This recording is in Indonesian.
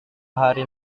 hari